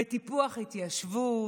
בטיפוח התיישבות,